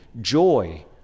joy